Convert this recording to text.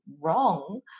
wrong